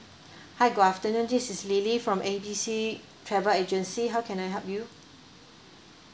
hi good afternoon this is lily from A B C travel agency how can I help you